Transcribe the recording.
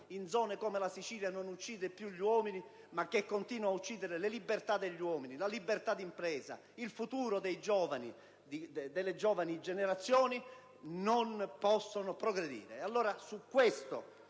che forse oggi in Sicilia non uccide più gli uomini, ma continua ad uccidere la libertà degli uomini, la libertà di impresa ed il futuro delle giovani generazioni, essi non possono progredire.